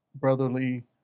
brotherly